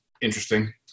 interesting